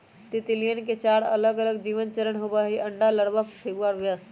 तितलियवन के चार अलगअलग जीवन चरण होबा हई अंडा, लार्वा, प्यूपा और वयस्क